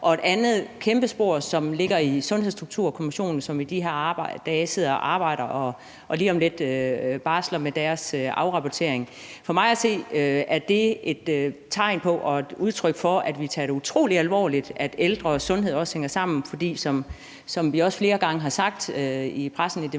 er et andet kæmpe spor, som ligger i Sundhedsstrukturkommissionen, som i de her dage sidder og arbejder og lige om lidt barsler med deres afrapportering. For mig at se er det er et tegn på og et udtryk for, at vi tager det utrolig alvorligt, at ældre og sundhed også hænger sammen. For som vi også flere gange har sagt i pressen i